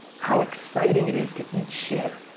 how exciting it is to eat shit.